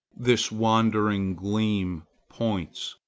this wandering gleam, points.